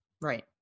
Right